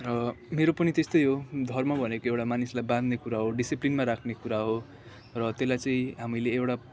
मेरो पनि त्यस्तै हो धर्म भनेको एउटा मानिसलाई बाँध्ने कुरा हो डिसिप्लिनमा राख्ने कुरा हो र त्यसलाई चाहिँ हामीले एउटा